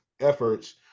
efforts